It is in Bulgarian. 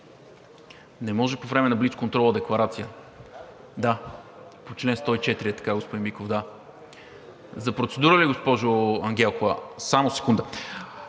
Не може по време на блицконтрола декларация. По чл. 104 е така, господин Биков – да. За процедура ли, госпожо Ангелкова? Само секунда!